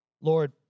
Lord